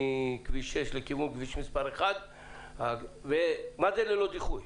מכביש 6 לכיוון כביש מס' 1. מה זה "ללא דיחוי"?